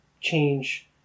change